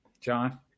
John